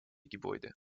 gebäude